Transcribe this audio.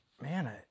Man